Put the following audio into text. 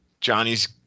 Johnny's